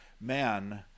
man